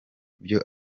ibyo